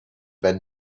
then